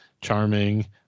charming